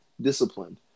disciplined